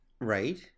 Right